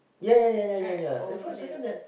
ya ya ya ya for a second that